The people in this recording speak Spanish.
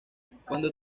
cuando